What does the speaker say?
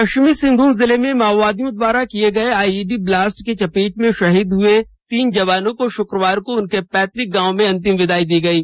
पश्चिमी सिंहभूम जिले में माओवादियों द्वारा किये गये आईईडी ब्लास्ट की चपेट में शहीद हुए तीन जवानों को शुक्रवार को उनके पैतुक गांव में अंतिम विदाई दी गयी